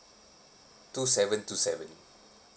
two seven two seven